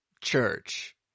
church